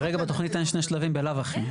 כרגע בתוכנית אין שני שלבים בלאו הכי.